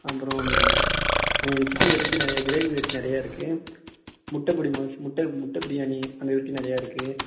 அப்புறம் ஆ chicken variety நிறைய கிரேவி வெரைட்டி நிறைய இருக்குது முட்டை பொடி மாஸ் முட்டை முட்டை பிரியாணி அந்த வெரைட்டி நிறைய இருக்குது